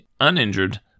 uninjured